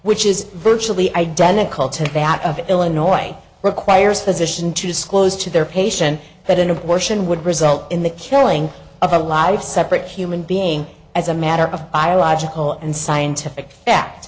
which is virtually identical to that of illinois requires physician to disclose to their patient that an abortion would result in the killing of a life separate human being as a matter of biological and scientific fact